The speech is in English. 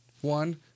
one